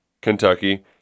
kentucky